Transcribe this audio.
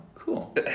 cool